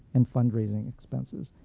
and fundraising expenses.